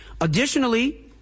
Additionally